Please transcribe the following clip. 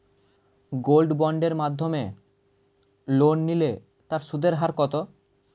Gold বন্ডের মাধ্যমে loan নিলে তার সুদের হার কত?